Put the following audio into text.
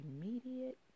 immediate